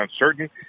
uncertain